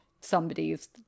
somebody's